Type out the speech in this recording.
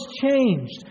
changed